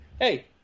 Hey